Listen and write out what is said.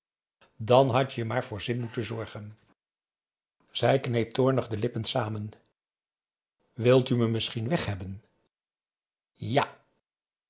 dan hadt je maar voor zin moeten zorgen zij kneep toornig de lippen saam wilt u me misschien weg hebben ja